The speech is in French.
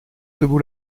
debout